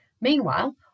Meanwhile